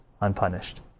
unpunished